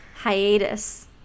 hiatus